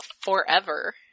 forever